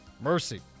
Mercy